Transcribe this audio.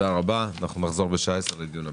פה אחד התקנות אושרו,